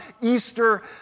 Easter